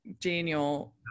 Daniel